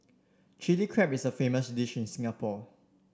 Chilli Crab is a famous dish in Singapore